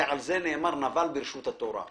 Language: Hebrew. על זה נאמר: "נבל ברשות התורה".